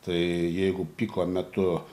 tai jeigu piko metu